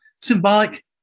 Symbolic